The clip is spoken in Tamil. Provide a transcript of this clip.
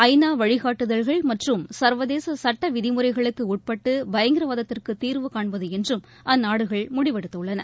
ஐநா வழிகாட்டுதல்கள் மற்றும் சர்வதேச சட்ட விதிமுறைகளுக்கு உட்பட்டு பயங்கரவாதத்துக்கு தீர்வுகாண்பது என்றும் அந்நாடுகள் முடிவெடுத்துள்ளன